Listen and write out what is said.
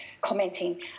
commenting